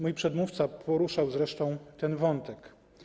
Mój przedmówca poruszał zresztą ten wątek.